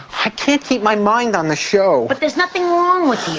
i can't keep my mind on the show. but there's nothing wrong with you.